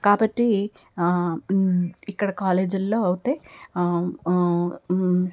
కాబట్టి ఇక్కడ కాలేజీల్లో అయితే